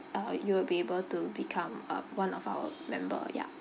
uh you will be able to become uh one of our member ya